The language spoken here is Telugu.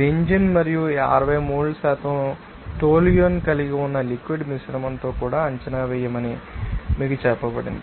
బెంజీన్ మరియు 60 మోల్ శాతం టోలుయెన్ కలిగి ఉన్న లిక్విడ్ మిశ్రమంతో కూడా అంచనా వేయమని మీకు చెప్పబడింది